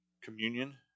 Communion